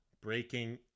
breaking